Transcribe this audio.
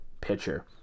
pitcher